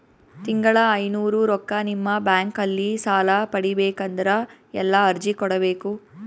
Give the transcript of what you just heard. ತಿಂಗಳ ಐನೂರು ರೊಕ್ಕ ನಿಮ್ಮ ಬ್ಯಾಂಕ್ ಅಲ್ಲಿ ಸಾಲ ಪಡಿಬೇಕಂದರ ಎಲ್ಲ ಅರ್ಜಿ ಕೊಡಬೇಕು?